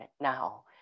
now